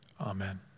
Amen